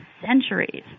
centuries